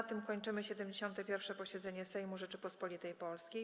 Na tym kończymy 71. posiedzenie Sejmu Rzeczypospolitej Polskiej.